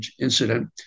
incident